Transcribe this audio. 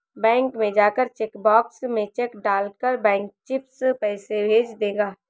bank में जाकर check box में चेक डाल कर बैंक चिप्स पैसे भेज देगा